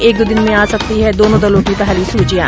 एक दो दिन में आ सकती हैं दोनो दलों की पहली सूचियां